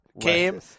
came